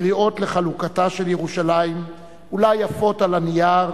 קריאות לחלוקת ירושלים אולי יפות על הנייר,